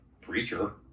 preacher